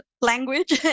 language